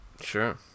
Sure